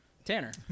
Tanner